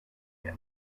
ella